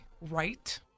right